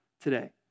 today